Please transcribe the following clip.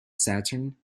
saturn